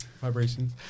vibrations